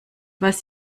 was